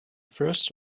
first